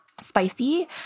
spicy